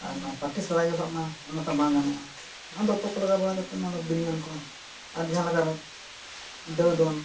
ᱟᱨ ᱱᱚᱣᱟ ᱯᱮᱠᱴᱤᱥ ᱯᱟᱹᱜᱤᱫ ᱢᱟ ᱚᱱᱟᱛᱮ ᱵᱟᱝ ᱜᱟᱱᱚᱜᱼᱟ ᱚᱱᱟ ᱫᱚ ᱛᱚᱠᱚ ᱞᱟᱜᱟᱣ ᱵᱟᱲᱟ ᱠᱟᱛᱮ ᱚᱱᱟ ᱫᱚ ᱵᱤᱱᱤᱭᱚᱱ ᱠᱚ ᱟᱨ ᱡᱟᱦᱟᱸ ᱞᱮᱠᱟ ᱨᱮ ᱫᱟᱹᱲ ᱫᱚᱱ